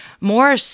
more